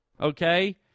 Okay